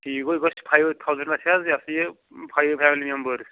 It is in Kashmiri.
ٹھیٖک گوٚو یہِ گژھِ فایِو تھاوزَنٛڈ آسہِ حظ یہِ ہاسا یہِ فایِو فیملی ممبٲرٕس